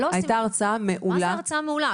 הייתה הרצאה מעולה בנושא --- מה זה הרצאה מעולה?